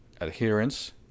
Adherence